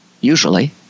usually